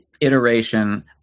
iteration